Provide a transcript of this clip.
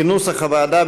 כנוסח הוועדה,